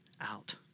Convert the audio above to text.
out